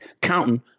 counting